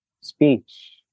speech